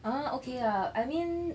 ah okay lah I mean